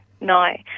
no